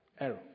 Error